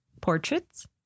Portraits